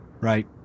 Right